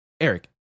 Eric